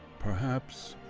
perhaps,